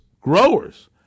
growers